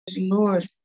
Lord